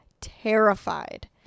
terrified